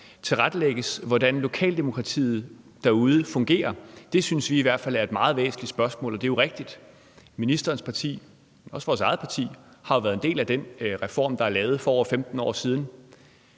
tilrettelægges, og hvordan lokaldemokratiet derude fungerer. Det synes vi i hvert fald er et meget væsentligt spørgsmål, og det er jo rigtigt, at ministerens parti og også vores eget parti har været en del af den reform, der er lavet for over 15 år siden.